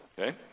Okay